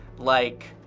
like,